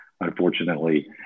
Unfortunately